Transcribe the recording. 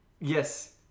Yes